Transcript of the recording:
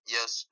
Yes